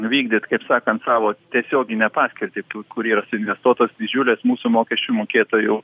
vykdyt kaip sakant savo tiesioginę paskirtį kur yra suinvestuotos didžiulės mūsų mokesčių mokėtojų